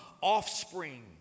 offspring